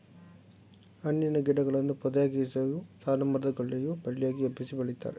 ಹಣ್ಣಿನ ಗಿಡಗಳನ್ನು ಪೊದೆಯಾಗಿಯು, ಸಾಲುಮರ ಗಳಲ್ಲಿಯೂ ಬಳ್ಳಿಯಾಗಿ ಹಬ್ಬಿಸಿ ಬೆಳಿತಾರೆ